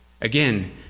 Again